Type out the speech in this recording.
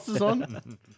on